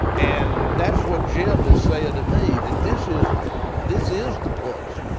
and that's what jeb is saying to me, that this is the this is the place,